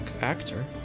actor